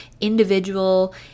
individual